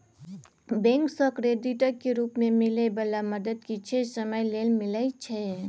bank सँ क्रेडिटक रूप मे मिलै बला मदद किछे समय लेल मिलइ छै